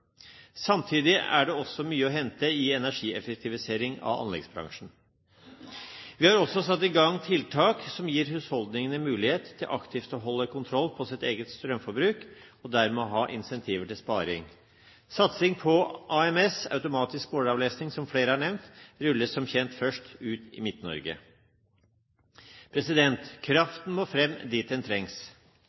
Samtidig er det også mye å hente i energieffektivisering av anleggsbransjen. Vi har også satt i gang tiltak som gir husholdningene mulighet til aktivt å holde kontroll på sitt eget strømforbruk, og dermed ha incentiver til sparing. Satsing på AMS – automatisk måleravlesing – som flere har nevnt, rulles som kjent først ut i Midt-Norge. Kraften må fram dit den trengs.